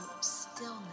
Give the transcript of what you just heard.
stillness